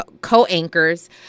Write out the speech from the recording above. co-anchors